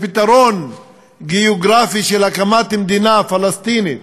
פתרון גיאוגרפי של הקמת מדינה פלסטינית